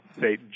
say